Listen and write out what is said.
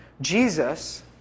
Jesus